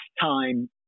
time